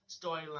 storyline